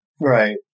Right